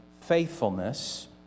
faithfulness